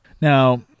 Now